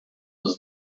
his